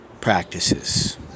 practices